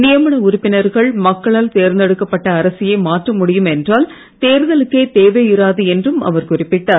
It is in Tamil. நியமன உறுப்பினர்கள் மக்களால் தேர்ந்தெடுக்கப்பட்ட அரசையே மாற்ற முடியும் என்றால் தேர்தலுக்கே தேவை இராது என்றும் அவர் குறிப்பிட்டார்